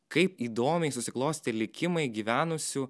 kaip įdomiai susiklostė likimai gyvenusių